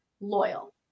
loyal